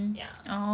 ya